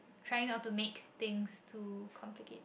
trying not the make things too complicated